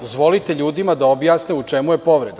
Dozvolite ljudima da objasne u čemu je povreda.